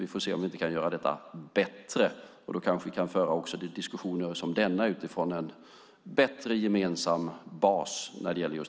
Vi får se om vi inte kan göra detta bättre. Då kanske vi också kan föra diskussioner som denna utifrån en bättre gemensam bas.